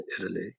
italy